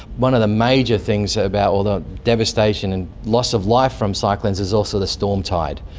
one of the major things about all the devastation and loss of life from cyclones is also the storm tide,